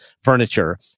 furniture